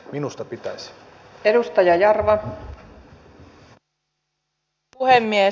arvoisa puhemies